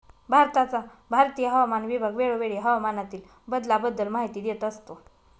भारताचा भारतीय हवामान विभाग वेळोवेळी हवामानातील बदलाबद्दल माहिती देत असतो